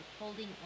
holding